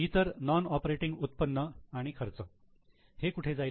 इतर non operating उत्पन्न आणि खर्च हे कुठे जाईल